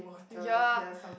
ya